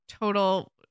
total